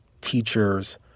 teachers